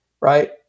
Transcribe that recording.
right